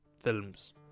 films